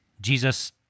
Jesus